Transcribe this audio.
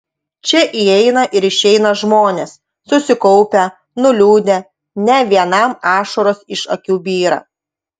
čia įeina ir išeina žmonės susikaupę nuliūdę ne vienam ašaros iš akių byra